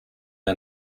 are